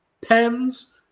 Pens